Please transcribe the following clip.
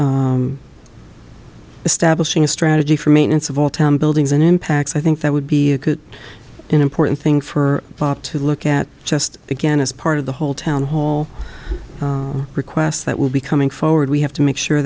m establishing a strategy for maintenance of all time buildings and impacts i think that would be a good and important thing for bob to look at just again as part of the whole town hall requests that will be coming forward we have to make sure